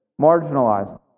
marginalized